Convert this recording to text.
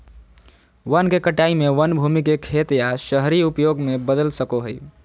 वन के कटाई में वन भूमि के खेत या शहरी उपयोग में बदल सको हइ